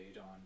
on